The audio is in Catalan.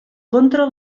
contra